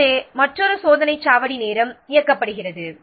எனவே மற்றொரு சோதனைச் சாவடி நேரம் இயக்கப்படுகிறது